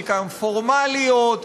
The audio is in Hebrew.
חלקן פורמליות,